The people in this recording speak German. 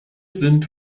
sind